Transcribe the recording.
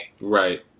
Right